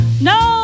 No